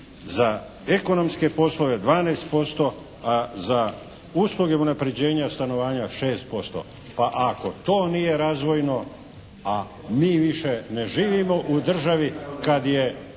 za ekonomske poslove 12%, a za usluge unapređenja stanovanja 6%. Pa ako to nije razvojno, a mi više ne živimo u državi kad je Vlada